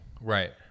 Right